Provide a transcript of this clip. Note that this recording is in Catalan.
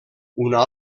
una